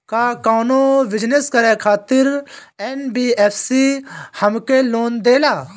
का कौनो बिजनस करे खातिर एन.बी.एफ.सी हमके लोन देला?